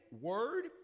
word